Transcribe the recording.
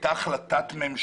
שהייתה על זה החלטת ממשלה,